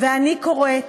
ואני קוראת